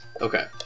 Okay